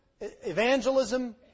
evangelism